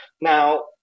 Now